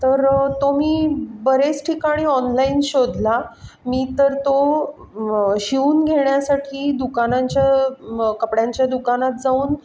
तर तो मी बरेच ठिकाणी ऑनलाईन शोधला मी तर तो शिवून घेण्यासाठी दुकानांच्या मग कपड्यांच्या दुकानात जाऊन